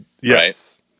Yes